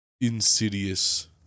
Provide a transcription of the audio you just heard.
insidious